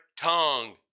tongue